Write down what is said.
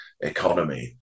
economy